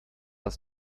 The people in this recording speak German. ist